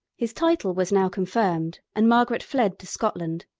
his title was now confirmed, and margaret fled to scotland.